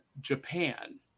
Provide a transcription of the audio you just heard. Japan